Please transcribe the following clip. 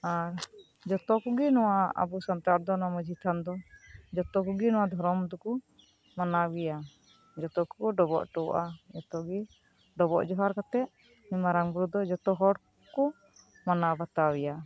ᱟᱨ ᱡᱚᱛᱚ ᱠᱚᱜᱮ ᱱᱚᱶᱟ ᱟᱵᱚ ᱥᱟᱱᱛᱟᱲ ᱫᱚ ᱱᱚᱶᱟ ᱢᱟᱡᱷᱤ ᱛᱷᱟᱱ ᱫᱚ ᱡᱷᱚᱛᱚ ᱠᱚᱜᱮ ᱱᱚᱶᱟ ᱫᱷᱚᱨᱚᱢ ᱫᱚᱠᱚ ᱢᱟᱱᱟᱣ ᱜᱮᱭᱟ ᱡᱷᱚᱛᱚ ᱜᱮᱠᱚ ᱰᱚᱵᱚᱜ ᱦᱚᱴᱚᱣᱟᱜᱼᱟ ᱡᱷᱚᱛᱚ ᱜᱮ ᱰᱚᱵᱚᱜ ᱡᱚᱦᱟᱨ ᱠᱟᱛᱮᱫ ᱢᱟᱨᱟᱝ ᱵᱩᱨᱩ ᱫᱚ ᱡᱷᱚᱛᱚ ᱦᱚᱲ ᱠᱚ ᱢᱟᱱᱟᱣ ᱵᱟᱛᱟᱣ ᱮᱭᱟ